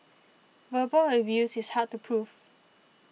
verbal abuse is hard to proof